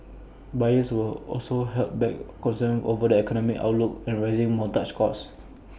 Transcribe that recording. buyers were also held back concerns over the economic outlook and rising mortgage costs